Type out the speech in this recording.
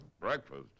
Breakfast